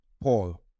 Paul